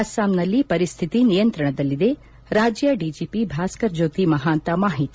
ಅಸ್ವಾಂನಲ್ಲಿ ಪರಿಸ್ತಿತಿ ನಿಯಂತ್ರಣದಲ್ಲಿದೆ ರಾಜ್ಯ ಡಿಜಿಪಿ ಭಾಸ್ತರ್ ಜ್ಲೋತಿ ಮಹಾಂತ ಮಾಹಿತಿ